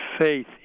faith